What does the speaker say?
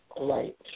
Right